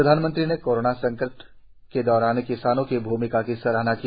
प्रधानमंत्री ने कोराना संकट के दौरान किसानों की भूमिका की सराहना की